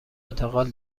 انتقال